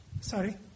Sorry